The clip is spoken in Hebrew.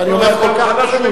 ואני אומר כל כך פשוט.